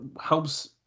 helps